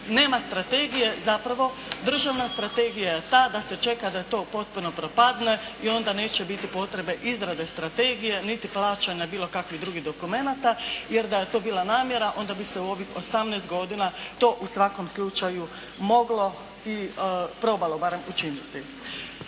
Nema strategije. Zapravo državna strategija je ta da se čeka da to potpuno propadne i onda neće biti potrebe izrade strategije niti plaćanja bilo kakvih drugih dokumenata jer da je to bila namjera onda bi se u ovih 18 godina to u svakom slučaju moglo i probalo barem učiniti.